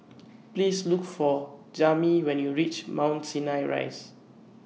Please Look For Jami when YOU REACH Mount Sinai Rise